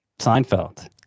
Seinfeld